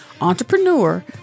entrepreneur